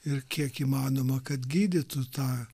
ir kiek įmanoma kad gydytų tą